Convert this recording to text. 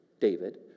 David